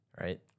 right